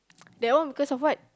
they all because of what